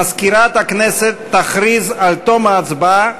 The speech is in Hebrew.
מזכירת הכנסת תכריז על תום ההצבעה,